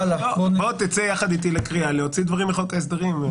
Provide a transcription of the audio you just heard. בוא תצא יחד איתי לקריאה להוציא דברים מחוק ההסדרים.